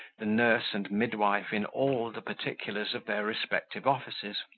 the nurse and midwife in all the particulars of their respective offices,